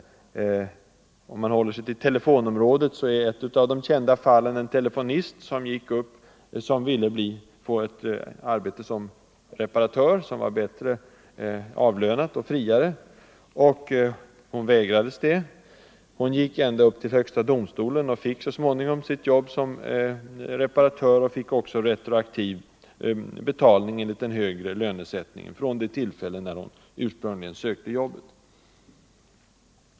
Jämställdhet Om man håller sig till telefonområdet så gäller ett av de kända fallen — mellan män och en telefonist, som ville få ett bättre avlönat och friare arbete som reparatör. kvinnor, m.m. Hon vägrades detta men gick ända till högsta domstolen och fick så småningom sitt jobb som reparatör, och även retroaktiv betalning enligt den högre lönesättningen från det tillfälle när hon ursprungligen sökte jobbet.